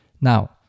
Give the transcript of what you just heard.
Now